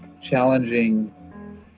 challenging